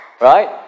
right